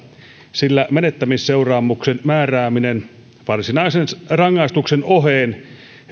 sillä menettämisseuraamuksen määrääminen varsinaisen rangaistuksen oheen